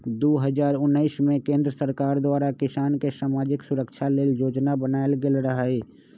दू हज़ार उनइस में केंद्र सरकार द्वारा किसान के समाजिक सुरक्षा लेल जोजना बनाएल गेल रहई